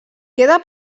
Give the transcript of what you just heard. queda